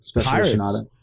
Pirates